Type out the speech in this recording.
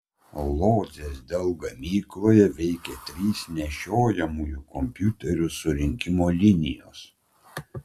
lodzės dell gamykloje veikia trys nešiojamųjų kompiuterių surinkimo linijos